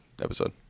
episode